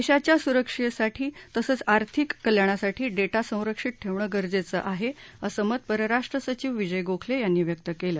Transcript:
देशाच्या सुरक्षेसाठी तसंच आर्थिक कल्याणासाठी डेटा संरक्षित ठेवणं गरजेचं आहे असं मत परराष्ट्र सचिव विजय गोखले यांनी व्यक्त केलं